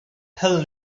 tell